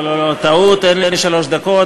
לא, לא, לא, טעות, אין לי שלוש דקות.